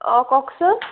অঁ কওকচোন